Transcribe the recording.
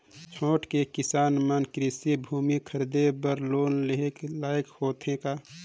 छोटके किसान मन कृषि भूमि खरीदे बर लोन के लायक होथे का?